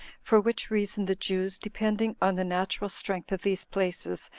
for which reason the jews, depending on the natural strength of these places,